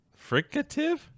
fricative